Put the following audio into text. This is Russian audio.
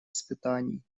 испытаний